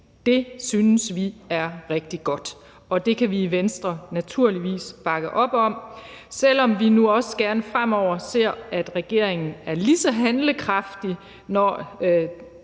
Det synes vi er rigtig godt, og det kan vi i Venstre naturligvis bakke op om, selv om vi nu også gerne fremover ser, at regeringen er lige så handlekraftig, når